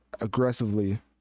aggressively